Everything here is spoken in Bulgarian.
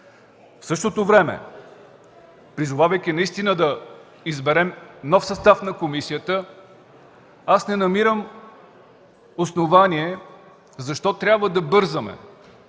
В същото време, призовавайки наистина да изберем нов състав на комисията, не намирам основание защо трябва да бързаме.